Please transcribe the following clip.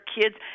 kids